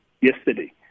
yesterday